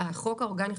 החוק האורגני,